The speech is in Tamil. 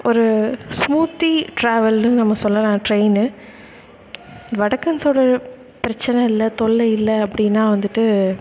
ஒரு ஸ்மூத்தி டிராவல்னு நம்ம சொல்லலாம் ட்ரெய்னு வடக்கன்ஸோடய பிரச்சனை இல்லை தொல்லை இல்லை அப்படினா வந்துட்டு